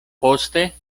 poste